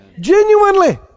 Genuinely